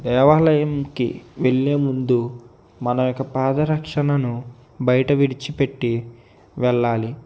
దేవాలయంకి వెళ్ళే ముందు మన యొక్క పాదరక్షణను బయట విడిచి పెట్టి వెళ్ళాలి